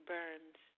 Burns